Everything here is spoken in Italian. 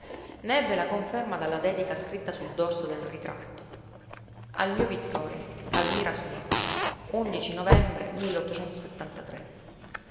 ebbe la conferma dalla dedica scritta sul dorso del ritratto al mio vittore almira sua novembre